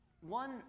one